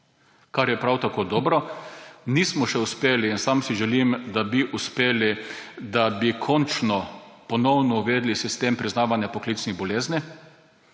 kar je prav tako dobro. Nismo še uspeli, sam si želim, da bi uspeli, da bi končno ponovno uvedli sistem priznavanja poklicnih bolezni.